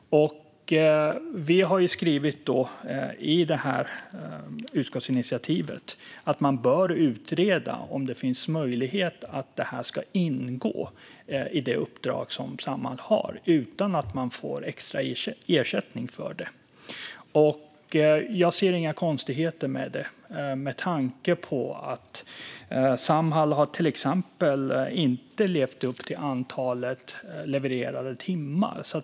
I utskottsinitiativet har vi skrivit att man bör utreda om det finns möjlighet att det här ska ingå i det uppdrag som Samhall har utan att de får extra ersättning för det. Jag ser inga konstigheter med detta med tanke på att Samhall till exempel inte har levt upp till antalet levererade timmar.